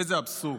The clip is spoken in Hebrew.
איזה אבסורד.